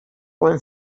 would